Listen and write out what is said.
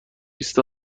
بیست